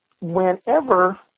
whenever